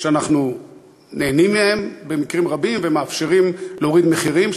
שאנחנו נהנים מהם במקרים רבים והם מאפשרים להוריד מחירים,